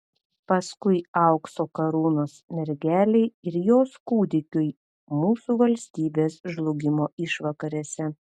paskui aukso karūnos mergelei ir jos kūdikiui mūsų valstybės žlugimo išvakarėse